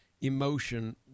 emotion